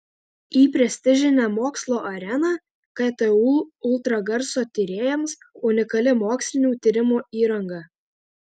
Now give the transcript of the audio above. į prestižinę mokslo areną ktu ultragarso tyrėjams unikali mokslinių tyrimų įranga